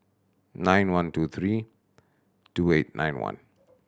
nine one two three two eight nine one